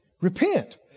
repent